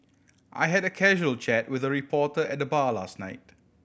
I had a casual chat with a reporter at the bar last night